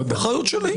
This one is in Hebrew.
אחריות שלי.